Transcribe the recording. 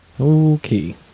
Okay